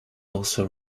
also